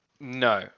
No